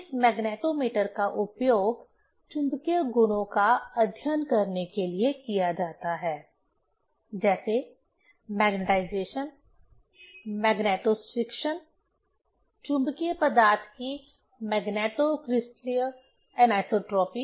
इस मैग्नेटोमीटर का उपयोग चुंबकीय गुणों का अध्ययन करने के लिए किया जाता है जैसे मैग्नेटाइजेशन मैग्नेटोस्ट्रिक्शन चुंबकीय पदार्थ की मैग्नेटो क्रिस्टलीय एनिसोट्रॉपी